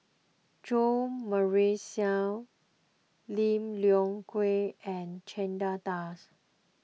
Jo Marion Seow Lim Leong Geok and Chandra Das